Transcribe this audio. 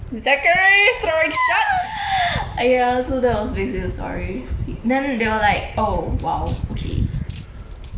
!aiya! so that was basically the story then they were like oh !wow! okay